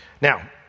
Now